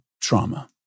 trauma